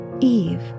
Eve